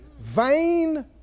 Vain